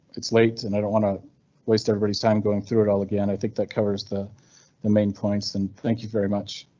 it's late and i don't want to waste everybody's time going through it all again. i think that covers the the main points and thank you very much.